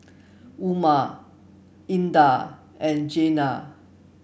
Umar Indah and Jenab